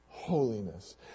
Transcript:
holiness